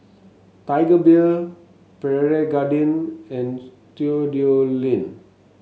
Tiger Beer Pierre Cardin and Studioline